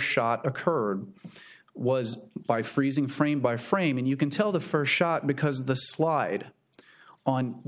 shot occurred was by freezing frame by frame and you can tell the first shot because the slide on